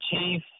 chief